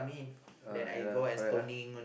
uh ya lah correct ah